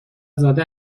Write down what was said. زده